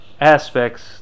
aspects